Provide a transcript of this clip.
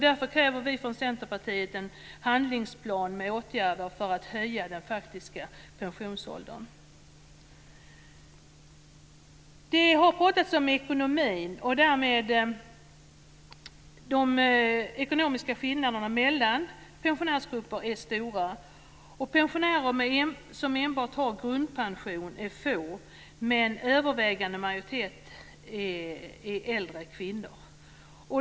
Därför kräver vi från Centerpartiet en handlingsplan med åtgärder för att höja den faktiska pensionsåldern. Det har pratats om ekonomin. De ekonomiska skillnaderna mellan pensionärsgrupper är stora. Pensionärerna som enbart har grundpension är få, men den övervägande majoriteten är äldre kvinnor.